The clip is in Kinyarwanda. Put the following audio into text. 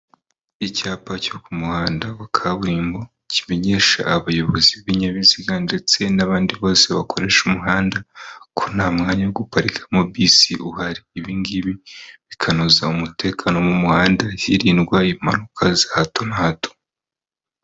Icyapa cyo ku muhanda wa kaburimbo kimenyesha abayobozi b'ibinyabiziga ndetse n'abandi bose bakoresha umuhanda ko nta mwanya wo guparikamo bisi uhari. Ibi ngibi bikanoza umutekano wo mu muhanda, hirindwa impanuka za hato na hato.